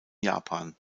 japan